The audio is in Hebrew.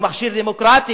הוא מכשיר דמוקרטי,